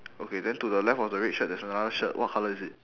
okay then to the left of the red shirt there's another shirt what colour is it